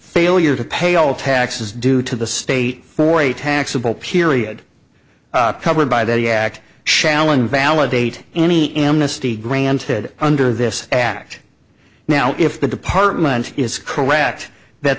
failure to pay all taxes due to the state for a taxable period covered by the act shall invalidate any amnesty granted under this act now if the department is correct that